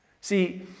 See